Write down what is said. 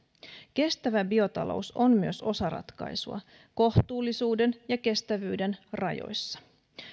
kestävä biotalous on myös osa ratkaisua kohtuullisuuden ja kestävyyden rajoissa